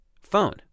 phone